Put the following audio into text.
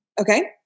Okay